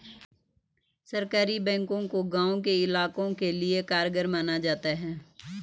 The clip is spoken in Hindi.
सहकारी बैंकों को गांव के इलाकों के लिये कारगर माना जाता है